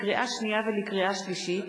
לקריאה שנייה ולקריאה שלישית: